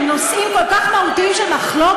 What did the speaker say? עם נושאים כל כך מהותיים של מחלוקת,